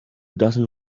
doesn’t